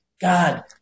God